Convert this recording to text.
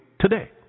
today